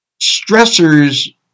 stressors